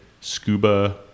scuba